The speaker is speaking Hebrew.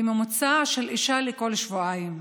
בממוצע, אישה בכל שבועיים.